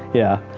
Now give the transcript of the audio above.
yeah,